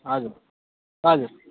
हजुर हजुर